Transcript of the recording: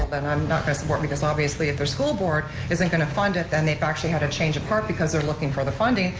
and i'm not going to support because obviously, if their school board isn't going to fund it then they've actually had a change of heart, because they're looking for the funding,